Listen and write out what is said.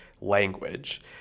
language